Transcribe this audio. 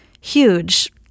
huge